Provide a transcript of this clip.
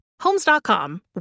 Homes.com